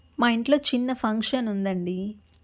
మా ఇంట్లో చిన్న ఫంక్షన్ ఉందండి